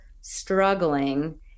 struggling